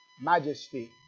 Majesty